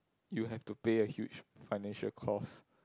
you have to pay a huge financial cost